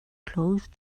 close